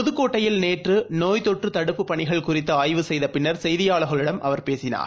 புதுக்கோட்டையில் நேற்றுநோய்த் தொற்றுதடுப்புப் பணிகள் குறித்துஆய்வு செய்தபின்னர் செய்தியாளர்களிடம் அவர் பேசினார்